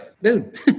Dude